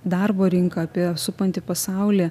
darbo rinką apie supantį pasaulį